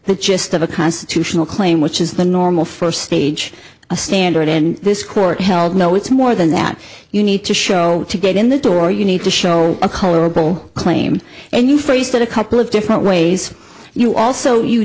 the gist of a constitutional claim which is the normal first stage a standard in this court held no it's more than that you need to show to get in the door you need to show a colorable claim and you phrased it a couple of different ways you also you